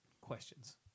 Questions